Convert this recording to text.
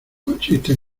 consiste